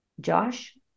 josh